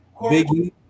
Biggie